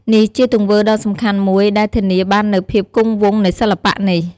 នេះជាទង្វើដ៏សំខាន់មួយដែលធានាបាននូវភាពគង់វង្សនៃសិល្បៈនេះ។